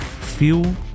fuel